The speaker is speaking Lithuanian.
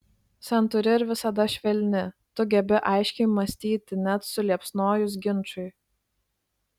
santūri ir visada švelni tu gebi aiškiai mąstyti net suliepsnojus ginčui